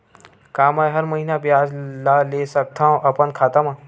का मैं हर महीना ब्याज ला ले सकथव अपन खाता मा?